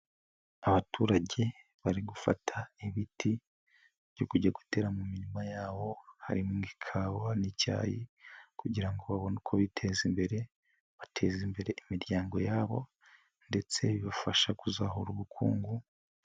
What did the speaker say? Abaturage bari gufata ibiti byo kujya gutera mu mirima yabo hari mo ikawa n'icyayi kugira ngo babone uko biteza imbere bateza imbere imiryango yabo ndetse bibafasha kuzahura ubukungu.